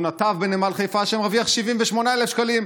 או נתב בנמל חיפה שמרוויח 78,000 שקלים,